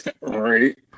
Right